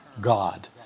God